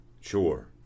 Sure